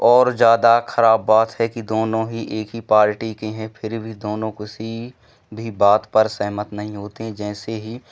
और ज़्यादा खराब बात है कि दोनों ही एक ही पार्टी के हैं फ़िर भी दोनों किसी भी बात पर सहमत नहीं होते जैसे ही